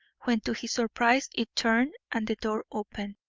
when to his surprise it turned and the door opened.